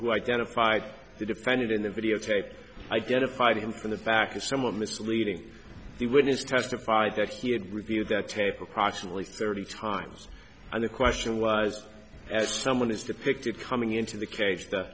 who identified the defendant in the videotape identified him from the back is somewhat misleading the witness testified that he had reviewed that tape approximately thirty times and the question was as someone is depicted coming into the cage t